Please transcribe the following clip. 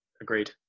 Agreed